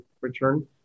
return